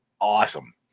awesome